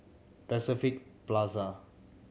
Pacific Plaza